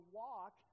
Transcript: walk